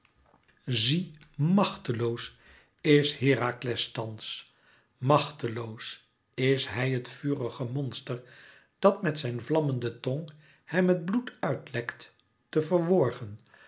zie machteloos is herakles thans machteloos is hij het vurige monster dat met zijn vlammende tong hem het bloed uit lekt te verworgen